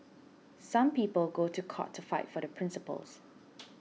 some people go to court to fight for their principles